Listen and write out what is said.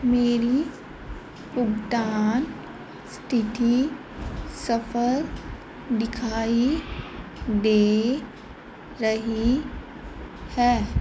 ਮੇਰੀ ਭੁਗਤਾਨ ਸਥਿਤੀ ਸਫਲ ਦਿਖਾਈ ਦੇ ਰਹੀ ਹੈ